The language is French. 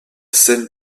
scène